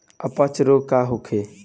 अपच रोग का होखे?